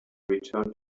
returned